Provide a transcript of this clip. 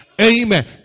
Amen